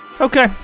Okay